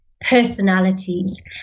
personalities